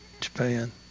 Japan